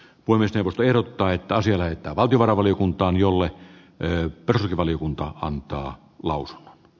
monesti vastaehdokkaita sillä että valtiovarainvaliokuntaan jolle eu perusti valiokunta antaa lausunnon